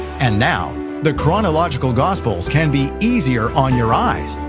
and now the chronological gospels can be easier on your eyes.